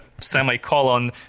semicolon